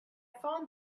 found